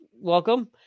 Welcome